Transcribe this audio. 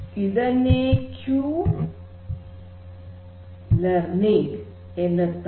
ಇದನ್ನೇ Q learning ಎನ್ನುತ್ತಾರೆ